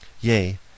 Yea